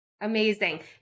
Amazing